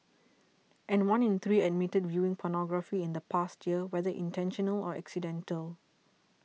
and one in three admitted viewing pornography in the past year whether intentional or accidental